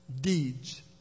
deeds